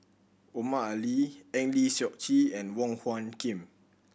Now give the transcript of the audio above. Omar Ali Eng Lee Seok Chee and Wong Hung Khim